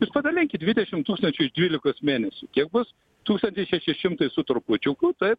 jūs padalinkit dvidešimt tūkstančių iš dvylikos mėnesių kiek bus tūkstantis šeši šimtai su trupučiuku taip